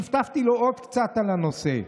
טפטפתי לו עוד קצת על הנושא.